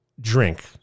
drink